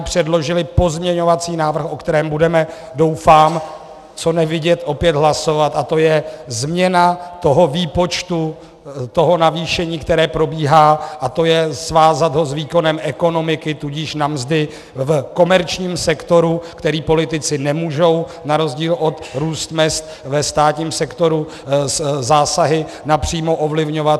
Piráti předložili pozměňovací návrh, o kterém budeme, doufám, co nevidět opět hlasovat, a to je změna výpočtu navýšení, které probíhá, a to je svázat ho s výkonem ekonomiky, tudíž na mzdy v komerčním sektoru, který politici nemůžou na rozdíl od růstu mezd ve státním sektoru zásahy napřímo ovlivňovat.